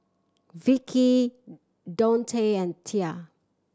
Vicki Dontae and Tia